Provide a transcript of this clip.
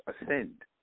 ascend